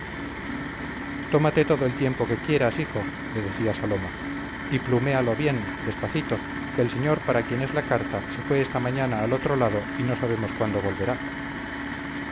tómate todo el tiempo que quieras hijo le decía saloma y pluméalo bien despacito que el señor para quien es la carta se fue esta mañana al otro lado y no sabemos cuándo volverá